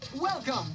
Welcome